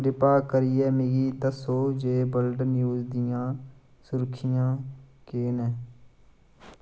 किरपा करियै मिगी दस्सो जे वर्ल्ड न्यूज़ दियां सुर्खियां केह् न